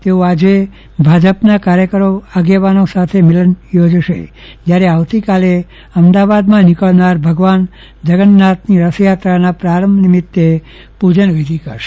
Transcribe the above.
તેઓ આજે ભાજપના કાર્યકરો આગેવાનો સાથે મિલન યોજશે જયારે આવતીકાલે અમદાવાદમાં નીકળનાર ભગવાન જગન્નાથની રથયાત્રાના પ્રારંભ નિમિત્તે પૂજનવિધી કરશે